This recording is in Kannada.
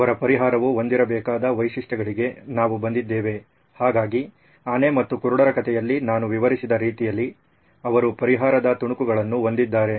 ಅವರ ಪರಿಹಾರವು ಹೊಂದಿರಬೇಕಾದ ವೈಶಿಷ್ಟ್ಯಗಳಿಗೆ ನಾವು ಬಂದಿದ್ದೇವೆ ಹಾಗಾಗಿ ಆನೆ ಮತ್ತು ಕುರುಡುರ ಕಥೆಯಲ್ಲಿ ನಾನು ವಿವರಿಸಿದ ರೀತಿಯಲ್ಲಿ ಅವರು ಪರಿಹಾರದ ತುಣುಕುಗಳನ್ನು ಹೊಂದಿದ್ದಾರೆ